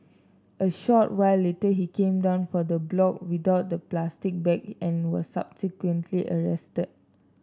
a short while later he came down from the block without the plastic bag and was subsequently arrested